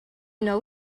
know